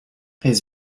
his